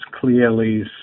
clearly